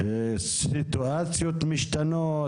סיטואציות משתנות,